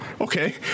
Okay